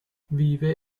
vive